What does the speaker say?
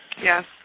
Yes